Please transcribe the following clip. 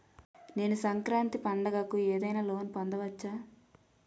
నేను సంక్రాంతి పండగ కు ఏదైనా లోన్ పొందవచ్చా?